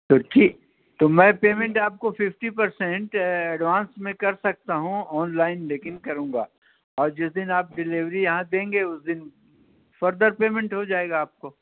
تو ٹھیک تو میں پیمنٹ آپ کو ففٹی پر سینٹ ایڈوانس میں کر سکتا ہوں آن لائن لیکن کروں گا اور جس دن آپ ڈلیوری یہاں دیں گے اس دن فردر پیمنٹ ہو جائے گا آپ کو